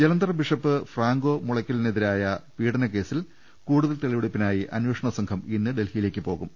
Jalandhar bishop Franco മുളക്കലിനെതിരായ പീഡനക്കേസിൽ കൂടുതൽ തെളിവെടുപ്പിനായി അന്വേഷണ സംഘം ഇന്ന് ഡൽഹി യിലേക്ക് പോകും